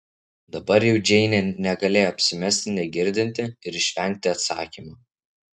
dabar jau džeinė negalėjo apsimesti negirdinti ir išvengti atsakymo